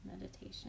meditation